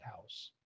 house